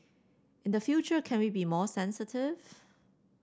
in the future can we be more sensitive